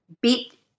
beat